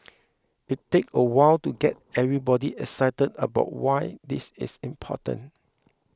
it take a while to get everybody excited about why this is important